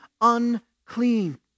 unclean